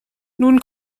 nun